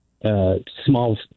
small